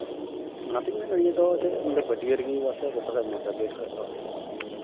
ᱚᱱᱟᱛᱮᱧ ᱢᱮᱱᱟ ᱱᱤᱭᱟᱹ ᱫᱚ ᱪᱮᱫ ᱤᱧᱫᱚ ᱯᱟᱹᱴᱭᱟᱹ ᱨᱮᱜᱤᱧ ᱡᱚᱛᱚ ᱠᱷᱚᱡ ᱢᱚᱡᱽᱼᱟ ᱵᱮᱰ ᱠᱷᱚᱡ ᱫᱚ